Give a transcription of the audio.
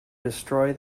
destroy